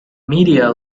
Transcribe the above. media